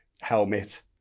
helmet